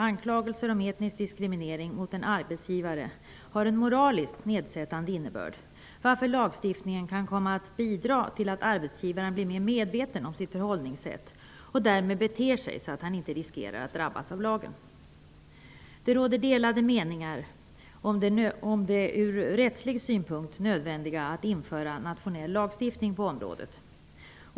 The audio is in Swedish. Anklagelser mot en en arbetsgivare om etnisk diskriminering har en moraliskt nedsättande innebörd, varför lagstiftningen kan komma att bidra till att arbetsgivaren blir mer medveten om sitt förhållningssätt och därmed beter sig så att han inte riskerar att drabbas av lagen. Det råder delade meningar om det ur rättslig synpunkt nödvändiga i att införa nationell lagstiftning på området.